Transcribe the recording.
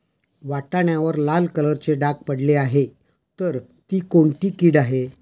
वाटाण्यावर लाल कलरचे डाग पडले आहे तर ती कोणती कीड आहे?